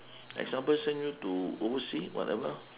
example send you to oversea whatever